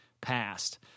passed